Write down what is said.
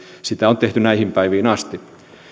sitä on tehty näihin päiviin asti